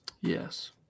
Yes